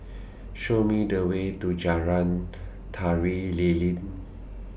Show Me The Way to Jalan Tari Lilin